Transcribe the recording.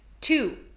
Two